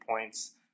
points